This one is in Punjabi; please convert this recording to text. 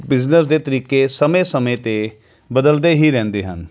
ਬਿਜਨਸ ਦੇ ਤਰੀਕੇ ਸਮੇਂ ਸਮੇਂ 'ਤੇ ਬਦਲਦੇ ਹੀ ਰਹਿੰਦੇ ਹਨ